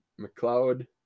McLeod